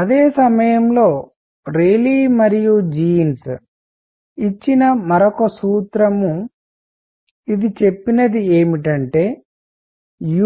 అదే సమయంలో ర్యాలీ మరియు జీన్స్ ఇచ్చిన మరొక సూత్రం ఇది చెప్పినది ఏమిటంటే